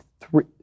Three